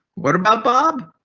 what about bob?